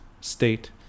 state